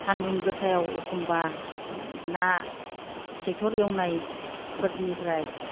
सान्दुं गोसायाव एखमबा ना ट्रेक्टर एवनाय फोरनिफ्राय